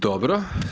Dobro.